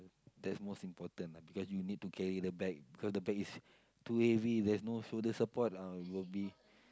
that's most important lah because you need to carry the bag because the bag is too heavy there's no shoulder support lah you will be